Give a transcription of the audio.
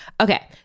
Okay